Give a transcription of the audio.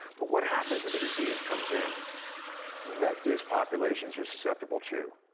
but what happens if a disease comes in that these populations are susceptible to?